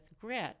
grit